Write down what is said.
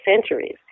centuries